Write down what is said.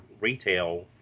retail